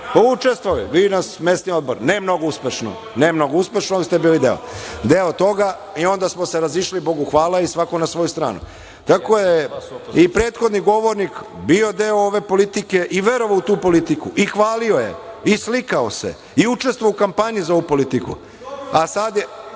izborima, mesni odbor, ne mnogo uspešno. Ne mnogo uspešno, ali ste bili deo, deo toga i onda smo razišli, Bogu hvala, i svako na svoju stranu. Tako je i prethodni govornik bio deo ove politike i verovao u tu politiku i hvalio je i slikao se i učestvovao u kampanji za ovu politiku,